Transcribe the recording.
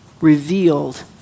revealed